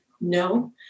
No